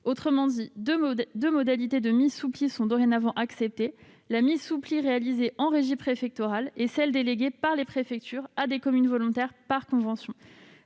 Autrement dit, deux modalités de mise sous pli sont dorénavant acceptées : la mise sous pli réalisée en régie préfectorale et celle qui est déléguée par les préfectures à des communes volontaires une convention.